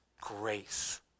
grace